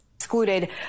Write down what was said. Excluded